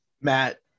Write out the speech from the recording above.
Matt